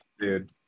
Dude